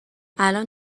الان